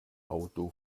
auto